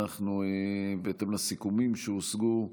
בהתאם לסיכומים שהושגו,